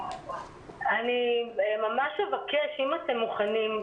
אני ממש אבקש אם אתם מוכנים,